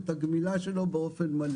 את הגמילה שלו באופן מלא.